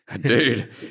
Dude